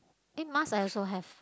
eh mask I also have